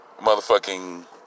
motherfucking